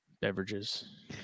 beverages